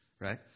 right